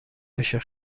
عاشق